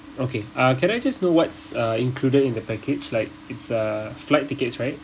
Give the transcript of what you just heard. okay uh can I just know what's uh included in the package like it's err flight tickets right